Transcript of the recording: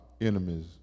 enemies